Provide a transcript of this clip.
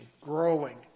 growing